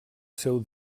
seu